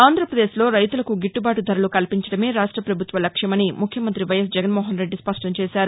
ఆంధ్రాపదేశ్లో రైతులకు గిట్టబాటు ధరలు కల్పించడమే రాష్ట పభుత్వ లక్ష్యమని ముఖ్యమంత్రి వైఎస్ జగన్మోహన్రెడ్డి స్పష్టంచేశారు